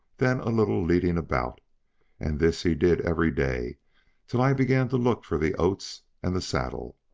then a little leading about and this he did every day till i began to look for the oats and the saddle.